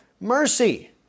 mercy